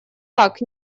так